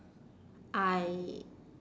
I